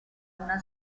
una